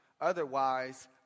Otherwise